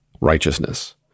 righteousness